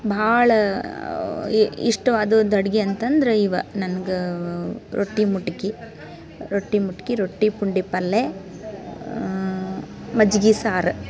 ಭಾಳ ಎ ಇಷ್ಟವಾದದ್ದು ಅಡುಗೆಯಂತಂದ್ರ ಇವ ನನ್ಗೆ ರೊಟ್ಟಿ ಮುಟ್ಕಿ ರೊಟ್ಟಿ ಮುಟ್ಕಿ ರೊಟ್ಟಿ ಪುಂಡಿ ಪಲ್ಲೆ ಮಜ್ಗೆ ಸಾರು